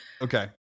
Okay